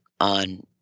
on